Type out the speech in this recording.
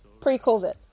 pre-COVID